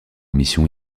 mission